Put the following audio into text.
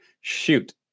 shoot